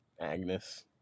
Agnes